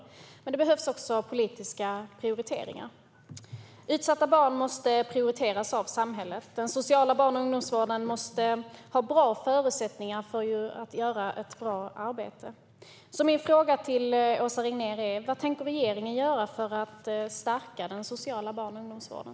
Det behövs också politiska prioriteringar. Utsatta barn måste prioriteras av samhället. Den sociala barn och ungdomsvården måste ha bra förutsättningar för att kunna göra ett bra arbete. Vad tänker regeringen göra för att stärka den sociala barn och ungdomsvården?